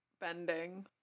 bending